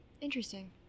Interesting